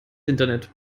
internet